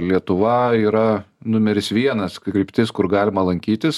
lietuva yra numeris vienas kryptis kur galima lankytis